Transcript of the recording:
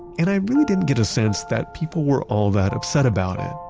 and i really didn't get a sense that people were all that upset about it.